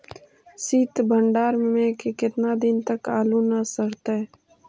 सित भंडार में के केतना दिन तक आलू न सड़तै?